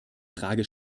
frage